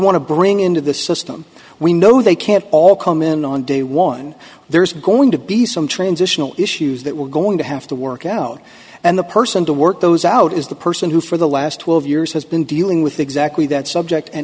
want to bring into the system we know they can all come in on day one there's going to be some transitional issues that we're going to have to work out and the person to work those out is the person who for the last twelve years has been dealing with exactly that subject and